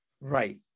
Right